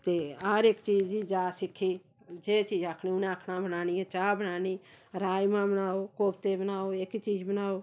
ते हर इक चीज दी जाच सिक्खी जे चीज आखनी उ'नें आखना बनानी चाह् बनानी राजमांह् बनाओ कोफते बनाओ एह्की चीज़ बनाओ